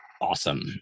awesome